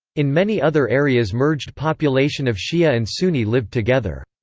in many other areas merged population of shia and sunni lived together.